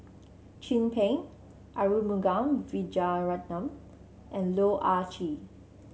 Chin Peng Arumugam Vijiaratnam and Loh Ah Chee